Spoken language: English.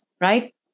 right